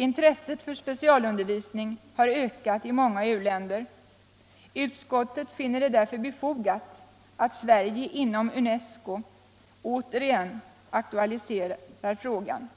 Intresset för specialundervisning har ökat i många u-länder. Utskottet finner det därför befogat att Sverige inom UNESCO återigen aktualiserar frågan.